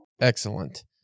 Excellent